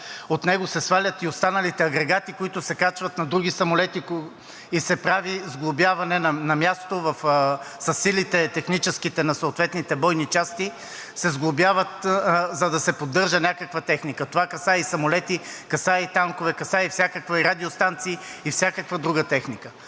от него се свалят и останалите агрегати, които се качват на други самолети и се прави сглобяване на място с техническите сили на съответните бойни части, за да се поддържа някаква техника. Това касае и самолети, касае и танкове, касае и радиостанции, и всякаква друга техника.